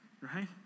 Right